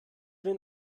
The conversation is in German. den